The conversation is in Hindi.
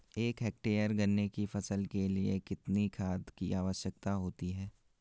एक हेक्टेयर गन्ने की फसल के लिए कितनी खाद की आवश्यकता होगी?